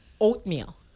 Oatmeal